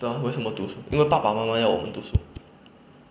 对啊为什么读书因为爸爸妈妈要我们读书